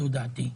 זו דעתי,